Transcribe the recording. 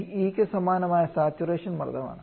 TE ക് സമാനമായ saturation മർദ്ദമാണ്